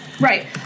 Right